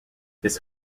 this